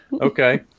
okay